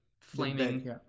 flaming